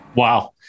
wow